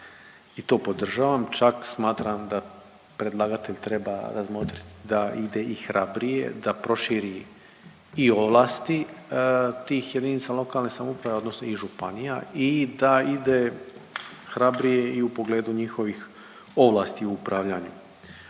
i to podržavam, čak smatram da predlagatelj treba razmotriti da ide i hrabrije, da proširi i ovlasti tih JLS odnosno i županija i da ide hrabrije i u pogledu njihovih ovlasti u upravljanju.